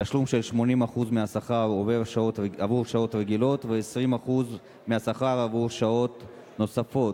תשלום של 80% מהשכר עבור שעות רגילות ו-20% מהשכר עבור שעות נוספות.